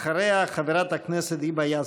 אחריה, חברת הכנסת היבה יזבק.